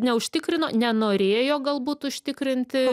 neužtikrino nenorėjo galbūt užtikrinti